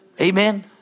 Amen